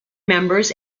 members